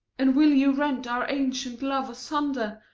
and will you rent our ancient love asunder,